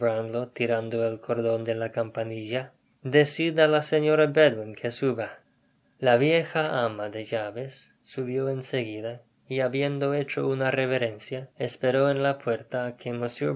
tirando el cordon de la campanilla decid á la señora bedwin que suba la vieja ama de llaves subió en seguida y habiendo hecho una reverencia esperó en la'puerta